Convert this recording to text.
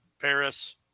Paris